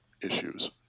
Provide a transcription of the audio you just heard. issues